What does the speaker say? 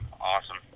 awesome